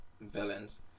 villains